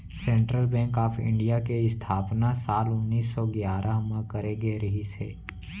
central bank of India के इस्थापना साल उन्नीस सौ गियारह म करे गे रिहिस हे